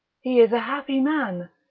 he is a happy man,